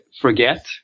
forget